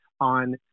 on